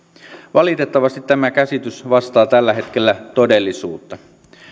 valitettavasti tämä käsitys vastaa tällä hetkellä todellisuutta